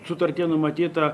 sutartyje numatyta